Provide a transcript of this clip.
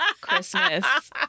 Christmas